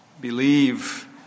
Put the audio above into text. believe